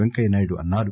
వెంకయ్యనాయుడు అన్నారు